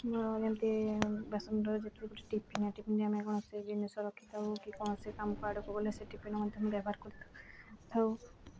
ଆମର ଏମିତି ବାସନର ଯେତେବେଳେ ଗୋଟେ ଟିଫିନ୍ ଟିଫିନ୍ ଆମେ କୌଣସି ଜିନିଷ ରଖିଥାଉ କି କୌଣସି କାମକୁ ଆଡ଼କୁ ଗଲେ ସେ ଟିଫିନ୍ ମଧ୍ୟ ବ୍ୟବହାର କରିଥାଉ ଥାଉ